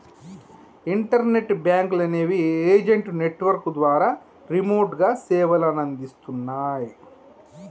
internet బ్యేంకులనేవి agent network ద్వారా రిమోట్గా సేవలనందిస్తన్నయ్